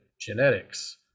genetics